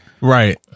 Right